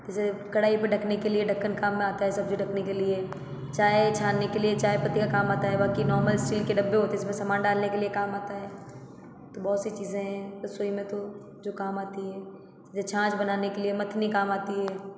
जैसे कढ़ाई पे ढकने के लिए ढक्कन काम में आता है सब्ज़ी ढकने के लिए चाय छानने के लिए चाय पत्ती का काम आता है बाकी नॉर्मल स्टील के डब्बे होते हैं जिसमें सामान डालने के लिए काम आता है तो बहुत सी चीज़ें हैं रसोई में तो जो काम आतीं हैं जैसे छाँछ बनाने के लिए मथनी काम आती है